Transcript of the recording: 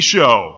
Show